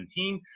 2017